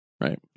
Right